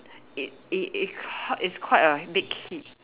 it it it's qu~ it's quite a big hit